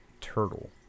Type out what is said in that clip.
turtle